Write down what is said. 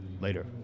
Later